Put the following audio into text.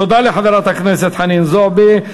תודה לחברת הכנסת חנין זועבי.